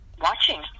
watching